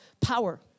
power